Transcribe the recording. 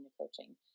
coaching